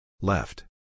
Left